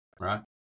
right